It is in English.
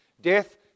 Death